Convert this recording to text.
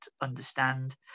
understand